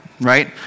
right